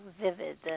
vivid